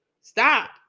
Stop